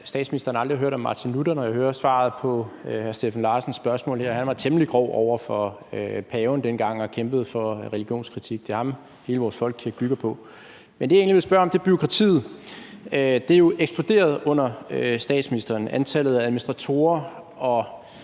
statsministeren aldrig har hørt om Martin Luther, når jeg hører svaret på hr. Steffen Larsens spørgsmål. Han var temmelig grov over for paven dengang og kæmpede for religionskritik – det er ham, hele vores folkekirke bygger på. Men det, jeg egentlig vil spørge om, er bureaukratiet. Det er jo eksploderet under statsministeren. Antallet af administratorer og